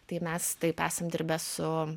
tai mes taip esam dirbę su